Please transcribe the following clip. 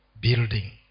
building